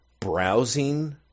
browsing